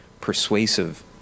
persuasive